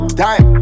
time